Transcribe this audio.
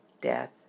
death